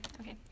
okay